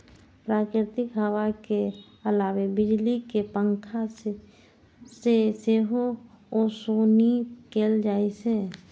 प्राकृतिक हवा के अलावे बिजली के पंखा से सेहो ओसौनी कैल जाइ छै